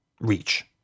reach